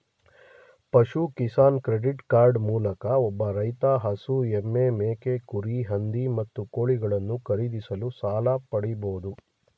ಪಶು Kisan credit card ಮೂಲಕ ಒಬ್ಬ ರೈತ ಹಸು ಎಮ್ಮೆ ಮೇಕೆ ಕುರಿ ಹಂದಿ ಮತ್ತು ಕೋಳಿಗಳನ್ನು ಖರೀದಿಸಲು ಸಾಲ ಪಡಿಬೋದು